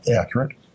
accurate